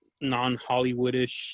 non-hollywoodish